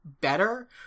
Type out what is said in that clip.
better